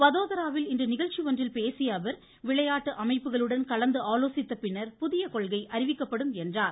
வதோதராவில் இன்று நிகழ்ச்சி ஒன்றில் பேசிய அவர் விளையாட்டு அமைப்புகளுடன் கலந்தாலோசித்த பின்னர் புதிய கொள்கை அறிவிக்கப்படும் என்றார்